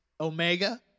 Omega